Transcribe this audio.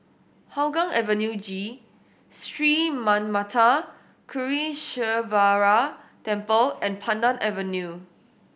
Hougang Avenue G Sri Manmatha Karuneshvarar Temple and Pandan Avenue